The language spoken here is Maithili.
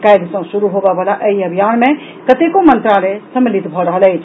काल्हि सँ शुरू होबय वला एहि अभियान मे कतेको मंत्रालय सम्मिलित भऽ रहल अछि